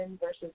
versus